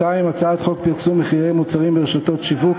2. הצעת חוק פרסום מחירי מוצרים ברשתות שיווק,